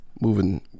Moving